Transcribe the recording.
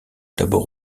d’abord